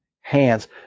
hands